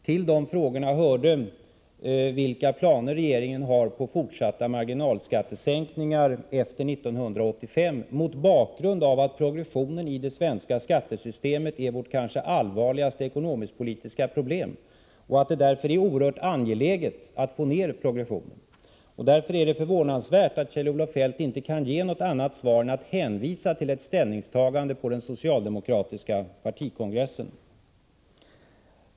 Till de frågorna hörde vilka planer regeringen har på fortsatta marginalskattesänkningar efter 1985, mot bakgrund av att progressionen i det svenska skattesystemet är vårt kanske allvarligaste ekonomisk-politiska problem och att det därför är oerhört angeläget att minska denna. Det är förvånansvärt att Kjell-Olof Feldt inte kan ge något annat svar än en hänvisning till ett ställningstagande från den socialdemokratiska partikongressen.